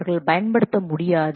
அவர்கள் பயன்படுத்த முடியாது